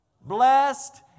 Blessed